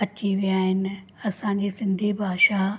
अची विया आहिनि असांजी सिंधी भाषा